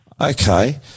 Okay